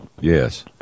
Yes